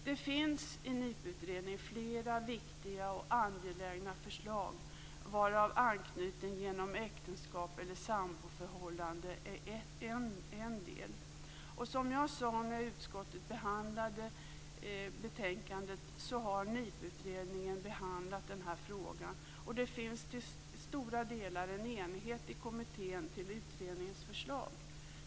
Det finns i NIPU utredningen flera viktiga och angelägna förslag, varav anknytning genom äktenskap eller samboförhållande är en del. Som jag sade när utskottet behandlade betänkandet så har NIPU-utredningen behandlat den här frågan, och det finns till stora delar en enighet i kommittén om utredningens förslag.